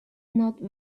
not